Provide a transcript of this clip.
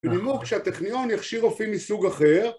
בנימוק שהטכניון יכשיר אופי מסוג אחר